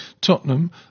Tottenham